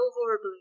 horribly